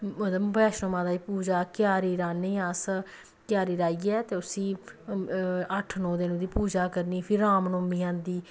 मतलब बैश्णो माता दी पूजा क्यारी राह्ने अस क्यारी राइयै ते उस्सी अट्ठ नो दिन ओह्दी पूजा करनी फिर रामनौमी औंदी